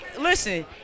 Listen